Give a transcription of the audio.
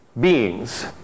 beings